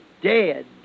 dead